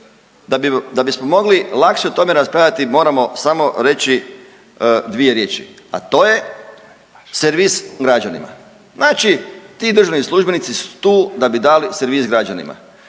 Da bismo mogli lakše o tome raspravljati moramo samo reći dvije riječi, a to je servis građanima. Znači ti državni službenici su tu da bi dali servis građanima.